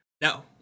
No